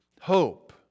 hope